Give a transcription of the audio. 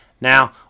Now